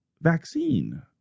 vaccine